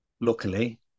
luckily